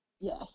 Yes